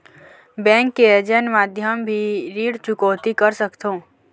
Bank के agent माध्यम भी ऋण चुकौती कर सकथों?